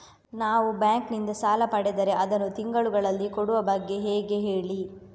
ನಾವು ಬ್ಯಾಂಕ್ ನಿಂದ ಸಾಲ ಪಡೆದರೆ ಅದನ್ನು ತಿಂಗಳುಗಳಲ್ಲಿ ಕೊಡುವ ಬಗ್ಗೆ ಹೇಗೆ ಹೇಳಿ